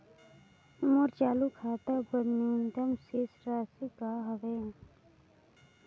मोर चालू खाता बर न्यूनतम शेष राशि का हवे?